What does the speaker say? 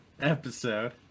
episode